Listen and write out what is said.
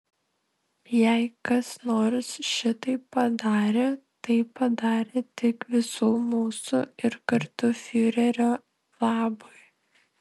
jei kas nors šitai padarė tai padarė tik visų mūsų ir kartu fiurerio labui